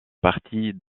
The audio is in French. partie